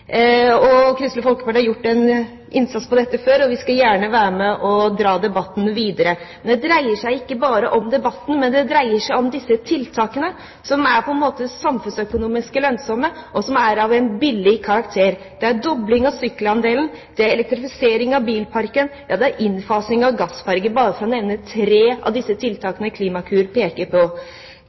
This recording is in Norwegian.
Kristelig Folkeparti har gjort en innsats på dette området før, og vi skal gjerne være med og dra debatten videre. Men det dreier seg ikke bare om debatten, det dreier seg om de tiltakene som er samfunnsøkonomisk lønnsomme, og som er av en billig karakter. Det er dobling av sykkelandelen, det er elektrifisering av bilparken, det er innfasing av gassferjer, bare for å nevne tre av tiltakene Klimakur peker på.